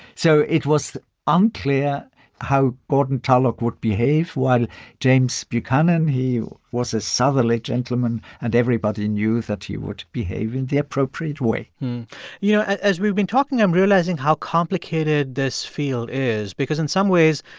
so it was unclear how gordon tullock would behave while james buchanan, he was a southerly gentleman, and everybody knew that he would behave in the appropriate way you know, as we've been talking, i'm realizing how complicated this field is because, in some ways,